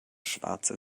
schwarze